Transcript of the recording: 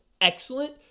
excellent